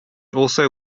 also